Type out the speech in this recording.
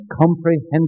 comprehensive